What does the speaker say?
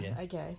okay